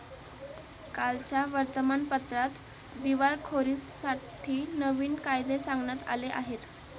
कालच्या वर्तमानपत्रात दिवाळखोरीसाठी नवीन कायदे सांगण्यात आले आहेत